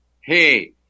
Hey